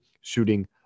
shooting